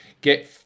get